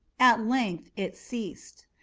at length it ceased.